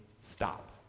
stop